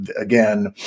Again